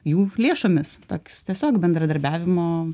jų lėšomis toks tiesiog bendradarbiavimo